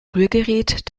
rührgerät